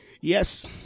Yes